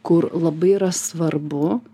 kur labai yra svarbu